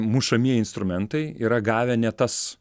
mušamieji instrumentai yra gavę ne tas